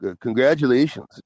congratulations